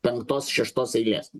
penktos šeštos eilės